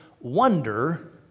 wonder